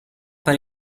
per